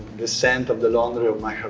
the scent of the laundry of my